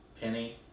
Penny